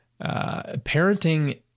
Parenting